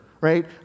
right